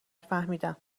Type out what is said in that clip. فهمیدم